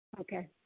Okay